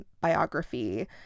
biography